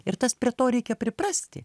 ir tas prie to reikia priprasti